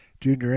Junior